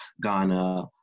Ghana